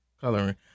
coloring